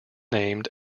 named